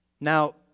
now